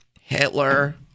Hitler